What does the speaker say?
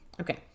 Okay